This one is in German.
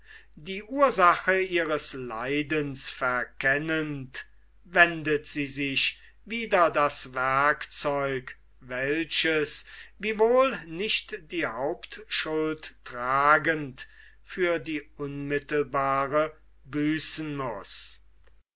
die ursache ihres leidens verkennend wendet sie sich wider das werkzeug welches wiewohl nicht die hauptschuld tragend für die unmittelbare büßen muß